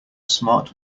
smart